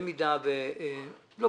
אני